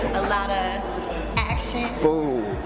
a lot of action. boom.